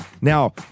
Now